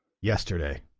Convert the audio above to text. yesterday